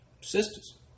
Sisters